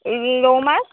এই ৰৌ মাছ